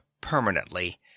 permanently